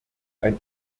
ein